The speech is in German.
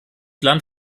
land